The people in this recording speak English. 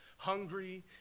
Hungry